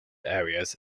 areas